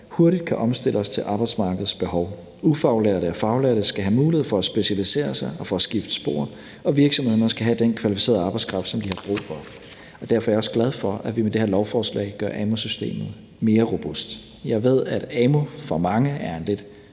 hurtigt kan omstille os til arbejdsmarkedets behov. Ufaglærte og faglærte skal have mulighed for at specialisere sig og for at skifte spor, og virksomhederne skal have den kvalificerede arbejdskraft, som de har brug for. Og derfor er jeg også glad for, at vi med det her lovforslag gør amu-systemet mere robust. Jeg ved, at amu for mange er en lidt